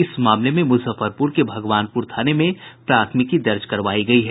इस मामले में मुजफ्फरपुर के भगवानपुर थाने में प्राथमिकी दर्ज करवायी गयी है